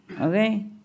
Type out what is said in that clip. Okay